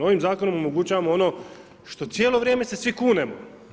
Ovim zakonom omogućavamo ono što cijelo vrijeme se svi kunemo.